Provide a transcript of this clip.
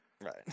right